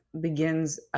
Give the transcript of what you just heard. begins